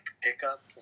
pickup